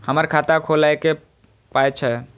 हमर खाता खौलैक पाय छै